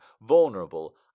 vulnerable